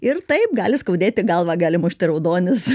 ir taip gali skaudėti galvą gali mušti raudonis